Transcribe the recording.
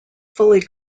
fully